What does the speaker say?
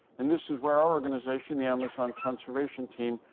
and this is where our organization, the amazon conservation team,